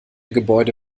gebäude